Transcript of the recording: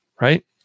Right